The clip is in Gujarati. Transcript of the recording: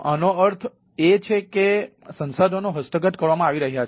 આનો અર્થ એ છે કે સંસાધનો હસ્તગત કરવામાં આવી રહ્યા છે